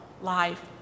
life